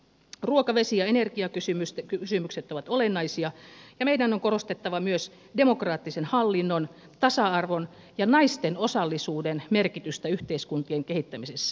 ruoka vesi ja energiakysymykset ovat olennaisia ja meidän on korostettava myös demokraattisen hallinnon tasa arvon ja naisten osallisuuden merkitystä yhteiskuntien kehittämisessä